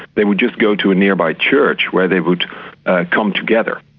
they would just go to a nearby church where they would come together,